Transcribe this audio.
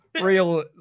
real